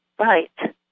Right